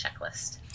checklist